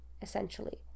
Essentially